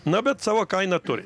na bet savo kainą turi